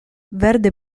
verde